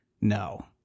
No